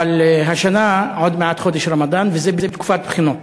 אבל השנה עוד מעט חודש הרמדאן וזה בתקופת בחינות.